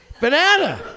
banana